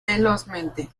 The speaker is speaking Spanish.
velozmente